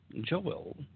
Joel